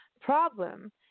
problem